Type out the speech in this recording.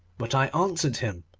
but i answered him,